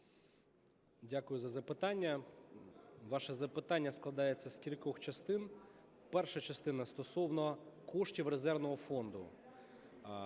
Дякую за запитання. Ваше запитання складається з кількох частин. Перша частина стосовно коштів резервного фонду.